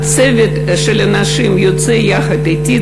צוות של אנשים יוצא יחד אתי,